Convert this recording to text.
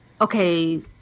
okay